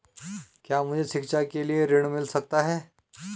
क्या मुझे शिक्षा के लिए ऋण मिल सकता है?